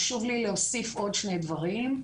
חשוב לי להוסיף שני דברים.